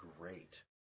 great